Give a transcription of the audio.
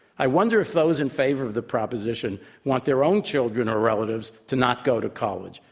i wonder if those in favor of the proposition want their own children or relatives to not go to college.